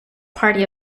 party